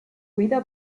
vida